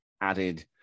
added